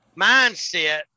mindset